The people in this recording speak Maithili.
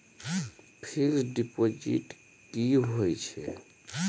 फिक्स्ड डिपोजिट की होय छै?